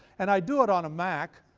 and i do it on a mac,